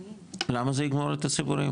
למה זה יגמור את הציבוריים?